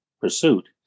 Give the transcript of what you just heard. pursuit